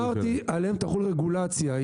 אמרתי שעליהם תחול רגולציה.